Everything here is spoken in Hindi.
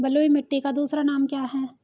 बलुई मिट्टी का दूसरा नाम क्या है?